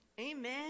Amen